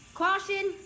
caution